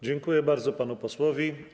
Dziękuję bardzo panu posłowi.